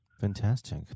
fantastic